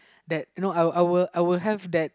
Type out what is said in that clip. that you know you know I will have that